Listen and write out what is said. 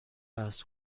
بحث